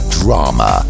drama